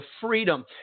freedom